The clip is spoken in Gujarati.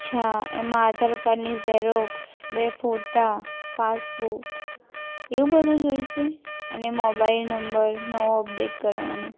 અચ્છા એમાં આધાર કાર્ડની ઝેરોક્ષ બે ફોટા પાસબુક એવું બધું જોઈશે અને મોબાઈલ નંબર નવો અપડેટ કરવાનો